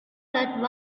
that